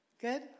good